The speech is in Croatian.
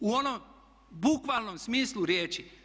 U onom bukvalnom smislu riječi.